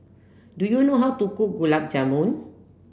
do you know how to cook Gulab Jamun